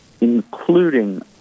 including